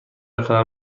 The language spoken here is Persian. قدم